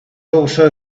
also